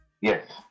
Yes